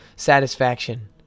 satisfaction